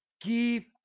Keep